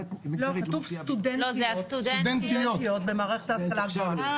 כתוב סטודנטיות במערכת ההשכלה הגבוהה.